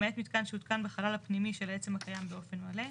למעט מיתקן שהותקן בחלל הפנימי של העצם הקיים באופן מלא,